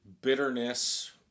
bitterness